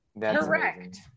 Correct